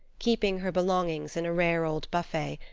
keeping her belongings in a rare old buffet,